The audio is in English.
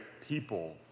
people